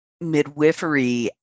midwifery